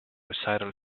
recital